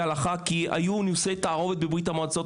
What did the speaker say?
ההלכה כי היו נישואי תערובת בברית המועצות,